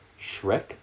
Shrek